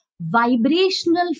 vibrational